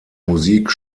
musik